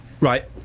right